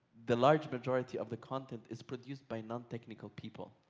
the large majority of the content is produced by nontechnical people.